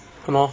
okay lor